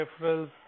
referrals